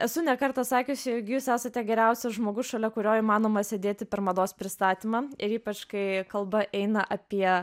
esu ne kartą sakiusi jog jūs esate geriausias žmogus šalia kurio įmanoma sėdėti per mados pristatymą ir ypač kai kalba eina apie